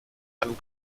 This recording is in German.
einem